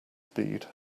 speed